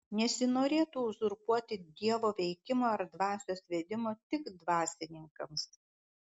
nesinorėtų uzurpuoti dievo veikimo ar dvasios vedimo tik dvasininkams